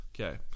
Okay